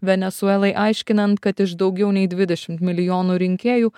venesuelai aiškinant kad iš daugiau nei dvidešimt milijonų rinkėjų